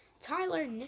Tyler